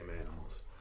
animals